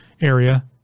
area